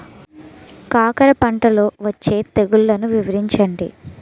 కాకర పంటలో వచ్చే తెగుళ్లను వివరించండి?